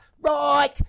Right